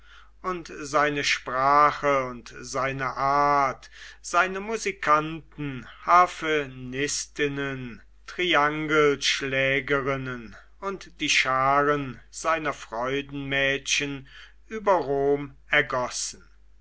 und seine sprache und seine art seine musikanten harfenistinnen triangelschlägerinnen und die scharen seiner freudenmädchen über rom ergossen